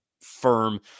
firm